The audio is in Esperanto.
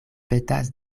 petas